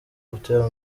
butera